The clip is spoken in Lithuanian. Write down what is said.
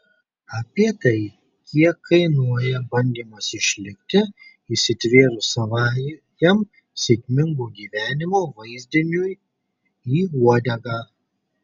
apie tai kiek kainuoja bandymas išlikti įsitvėrus savajam sėkmingo gyvenimo vaizdiniui į uodegą